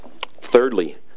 thirdly